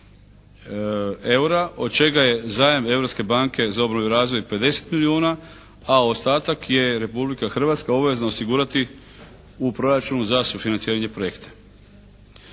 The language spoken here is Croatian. od čega je zajam Europske banke za obnovu i razvoj 50 milijuna, a ostatak je Republika Hrvatska obvezna osigurati u proračunu za sufinanciranje projekta.